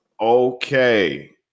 okay